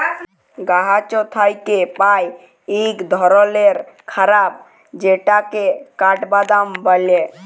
গাহাচ থ্যাইকে পাই ইক ধরলের খাবার যেটকে কাঠবাদাম ব্যলে